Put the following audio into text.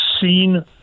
seen